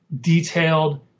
detailed